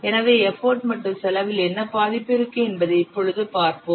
எனவே எஃபர்ட் மற்றும் செலவில் என்ன பாதிப்பு இருக்கும் என்பதை இப்பொழுது பார்ப்போம்